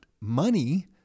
money